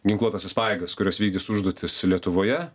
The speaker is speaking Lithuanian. ginkluotąsias pajėgas kurios vykdys užduotis lietuvoje